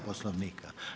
Poslovnika.